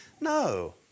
No